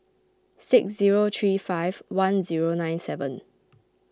six zero three five one zero nine seven